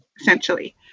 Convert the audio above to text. essentially